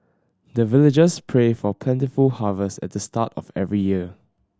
the villagers pray for plentiful harvest at the start of every year